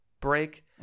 break